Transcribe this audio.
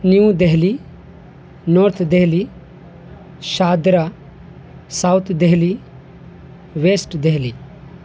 new Delhi north Delhi Shahdara south Delhi west Delhi